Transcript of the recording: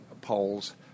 polls